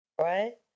right